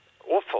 awful